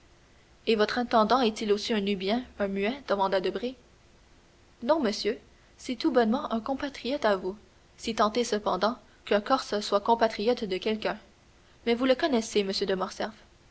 et votre intendant est-il aussi un nubien un muet demanda debray non monsieur c'est tout bonnement un compatriote à vous si tant est cependant qu'un corse soit compatriote de quelqu'un mais vous le connaissez monsieur de morcerf